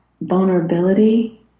vulnerability